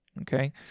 okay